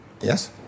Yes